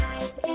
Eyes